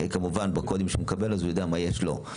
כמובן בקודים שהוא מקבל אז הוא יודע מה יש לו.